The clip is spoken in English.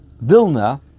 Vilna